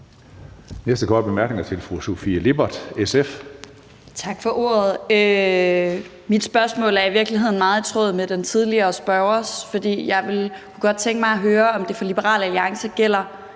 Sofie Lippert, SF. Kl. 10:49 Sofie Lippert (SF): Tak for ordet. Mit spørgsmål er i virkeligheden meget i tråd med den tidligere spørgers, hvor jeg kunne godt tænke mig at høre, om det for Liberal Alliance gælder